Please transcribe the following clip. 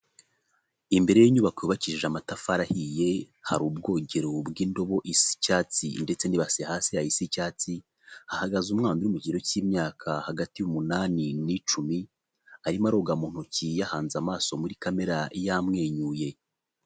Imbere y'inyubako yubakishije amatafari ahiye, hari ubwogero bw'indobo isa icyatsi ndetse n'ibase hasi isa icyatsi, hagaze umwa uri mu kigero cy'imyaka hagati y'umunani n'icumi, arimo aroga mu ntoki yahanze amaso muri kamera yamwenyuye.